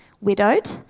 widowed